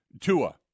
Tua